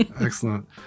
Excellent